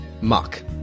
muck